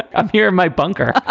i'm here in my bunker. ah